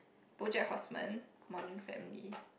BoJack-Horseman modern-family